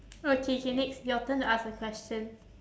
okay K next your turn to ask a question